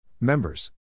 Members